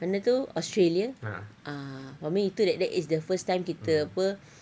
mana tu australia ah for me itu that that is the first time kita apa